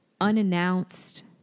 unannounced